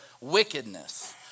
wickedness